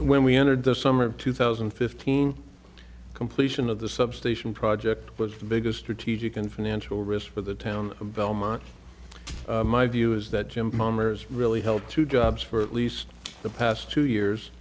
when we entered the summer of two thousand and fifteen completion of the substation project was the biggest strategic and financial risk for the town belmont my view is that jim palmer is really helped to jobs for at least the past two years